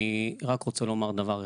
אני רוצה לומר רק דבר אחד.